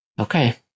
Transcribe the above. Okay